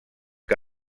que